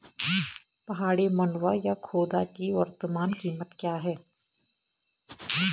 पहाड़ी मंडुवा या खोदा की वर्तमान कीमत क्या है?